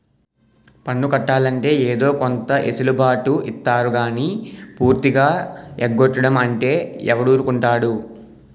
పన్ను కట్టాలంటే ఏదో కొంత ఎసులు బాటు ఇత్తారు గానీ పూర్తిగా ఎగ్గొడతాం అంటే ఎవడూరుకుంటాడు